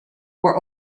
were